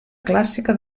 clàssica